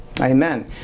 Amen